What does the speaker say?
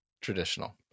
traditional